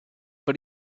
but